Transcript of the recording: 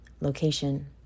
Location